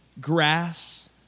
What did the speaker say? grass